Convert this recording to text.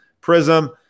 Prism